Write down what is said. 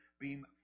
Beam